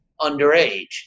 underage